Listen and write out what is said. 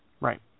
right